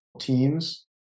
teams